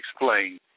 explain